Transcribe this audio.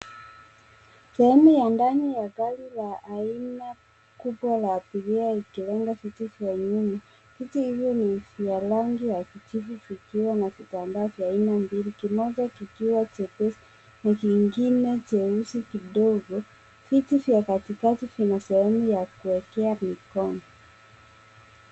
Sehemu ya ndani ya gari la aina kubwa la abiria ikiwemo, viti vya nyuma. Viti hivi ni vya rangi ya kijivu vikiwa na vitambaa vya aina mbili: kimoja chepesi na kingine cheusi kidogo. Viti vya katikati vinasehemu ya kuwekea mikono.